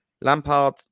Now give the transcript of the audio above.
Lampard